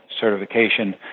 certification